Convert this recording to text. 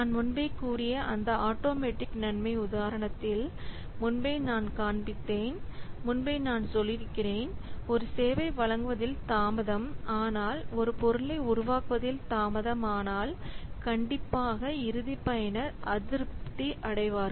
நான் முன்பே கூறிய அந்த ஆட்டோமேட்டிக் நன்மை உதாரணத்தில் முன்பே நான் காண்பித்தேன் முன்பே நான் சொல்லியிருக்கிறேன் ஒரு சேவை வழங்குவதில் தாமதம் ஆனால் ஒரு பொருளை உருவாக்குவதில் தாமதமானால் கண்டிப்பாக இறுதிப் பயனர் அதிருப்தி அடைவார்கள்